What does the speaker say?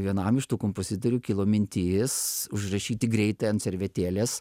vienam iš tų kompozitorių kilo mintis užrašyti greitai ant servetėlės